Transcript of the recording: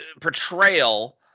portrayal